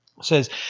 says